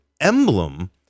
emblem